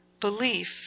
belief